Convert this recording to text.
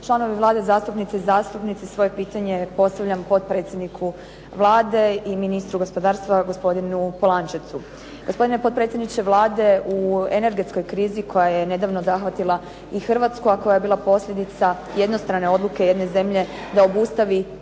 članovi Vlade, zastupnice i zastupnici. Svoje pitanje postavljam potpredsjedniku Vlade i ministru gospodarstva gospodinu Polančecu. Gospodine potpredsjedniče Vlade, u energetskoj krizi koja je nedavno zahvatila i Hrvatsku a koja je bila posljedica jednostrane odluke jedne zemlje da obustavi